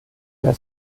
der